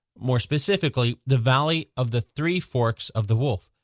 more specifically, the valley of the three forks of the wolf.